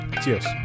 Cheers